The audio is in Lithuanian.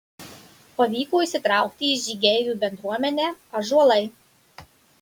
pavyko įsitraukti į žygeivių bendruomenę ąžuolai